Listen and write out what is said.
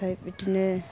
ओमफ्राय बिदिनो